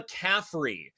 McCaffrey